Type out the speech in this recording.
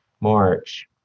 March